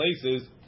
places